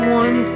one